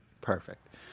Perfect